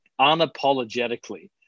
unapologetically